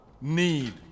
Need